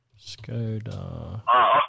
Skoda